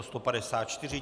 154.